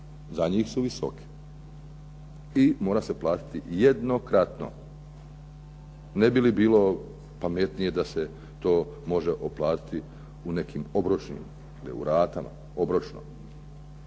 Za njih su visoke i mora se platiti jednokratno. Ne bi li bilo pametnije da se to može otplatiti u nekim obročnim ratama, obročno